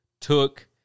took